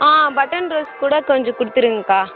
ஆ button ரோஸ்க் கூட கொஞ்சம் கொடுத்துருங்கக்கா